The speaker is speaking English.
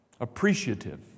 appreciative